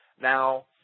Now